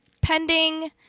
pending